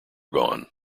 gone